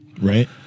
Right